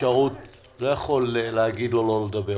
והעודפים יועדו לאותן מטרות שלהן הן נועדו.